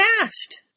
fast